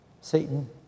Satan